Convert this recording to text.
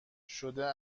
شده